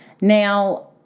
Now